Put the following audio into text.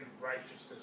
righteousness